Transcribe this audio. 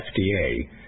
fda